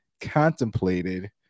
contemplated